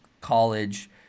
college